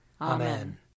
Amen